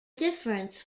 difference